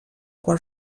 qual